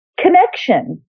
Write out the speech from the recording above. connection